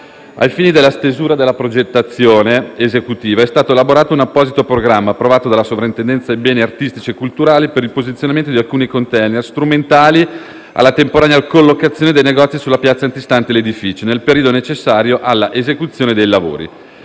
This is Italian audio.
Ai fini della stesura della progettazione esecutiva è stato elaborato un apposito programma, approvato dalla Soprintendenza ai beni artistici e culturali, per il posizionamento di alcuni *container*, strumentali alla temporanea collocazione dei negozi sulla piazza antistante l'edificio nel periodo necessario alla esecuzione dei lavori.